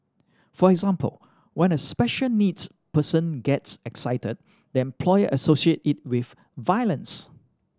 for example when a special needs person gets excited the employer associate it with violence